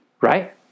Right